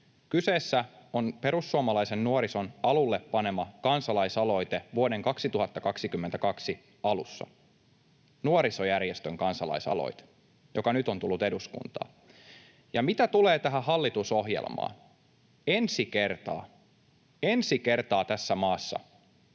Kyseessä on Perussuomalaisen Nuorison alulle panema kansalaisaloite vuoden 2022 alussa, nuorisojärjestön kansalaisaloite, joka nyt on tullut eduskuntaan. Mitä tulee tähän hallitusohjelmaan, ensi kertaa — ensi